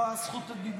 בזכות הדיבור הבאה.